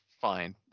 fine